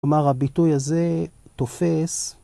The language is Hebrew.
‫כלומר, הביטוי הזה תופס.